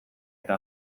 eta